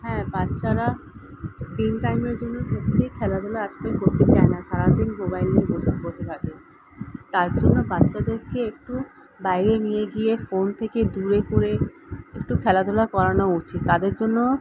হ্যাঁ বাচ্চারা স্ক্রিন টাইমের জন্য সত্যিই খেলাধূলা আজকাল করতে চায় না সারা দিন মোবাইল নিয়েই বসে থাকে তার জন্য বাচ্চাদেরকে একটু বাইরে নিয়ে গিয়ে ফোন থেকে দূরে করে একটু খেলাধূলা করানো উচিত তাদের জন্য